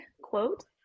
quote